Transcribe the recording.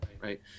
Right